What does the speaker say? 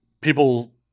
people